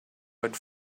but